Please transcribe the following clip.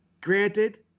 Granted